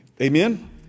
Amen